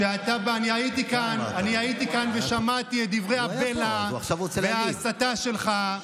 אני הייתי כאן ושמעתי את דברי הבלע וההסתה שלך.